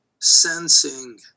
sensing